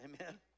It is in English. Amen